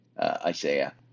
Isaiah